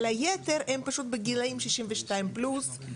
אבל היתר הם פשוט בגילאים 62 פלוס.